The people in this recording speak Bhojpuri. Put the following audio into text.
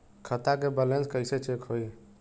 खता के बैलेंस कइसे चेक होई?